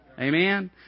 Amen